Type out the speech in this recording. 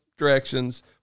Directions